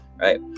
Right